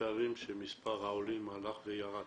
מצטערים שמספר העולים הלך וירד,